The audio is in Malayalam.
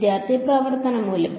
വിദ്യാർത്ഥി പ്രവർത്തന മൂല്യം